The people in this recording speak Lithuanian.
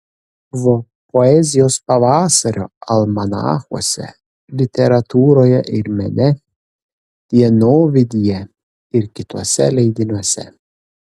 buvo poezijos pavasario almanachuose literatūroje ir mene dienovidyje ir kituose leidiniuose